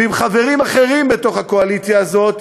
ועם חברים אחרים בתוך הקואליציה הזאת,